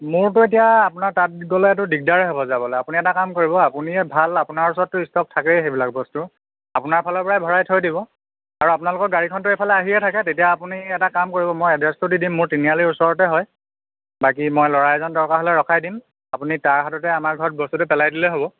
মোৰটো এতিয়া আপোনাৰ তাত গ'লেটো দিগদাৰেই হ'ব যাবলৈ আপুনি এটা কাম কৰিব আপুনিয়ে ভাল আপোনাৰ ওচৰতটো ষ্টক থাকেই সেইবিলাক বস্তুৰ আপোনাৰ ফালৰ পৰাই ভৰাই থৈ দিব আৰু আপোনালোকৰ গাড়ীখনটো এইফালে আহিয়ে থাকে তেতিয়া আপুনি এটা কাম কৰিব মই এড্ৰেছটো দি দিম মোৰ তিনিআলিৰ ওচৰতে হয় বাকী মই ল'ৰা এজন দৰকাৰ হ'লে ৰখাই দিম আপুনি তাৰ হাততে আমাৰ ঘৰত বস্তুটো পেলাই দিলেই হ'ব